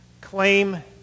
claim